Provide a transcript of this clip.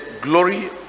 glory